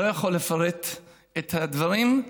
לא יכול לפרט את הדברים.